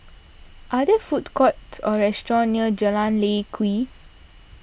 are there food courts or restaurants near Jalan Lye Kwee